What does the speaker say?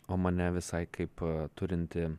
o mane visai kaip turintį